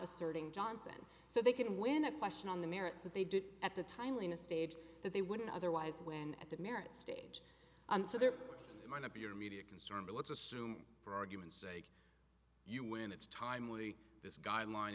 asserting johnson so they can win a question on the merits that they did at the time when a stage that they wouldn't otherwise win at the merit stage so there might not be an immediate concern but let's assume for argument's sake you win it's timely this guideline